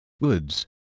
woods